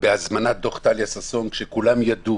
בהזמנת דוח טליה ששון עת כולם ידעו,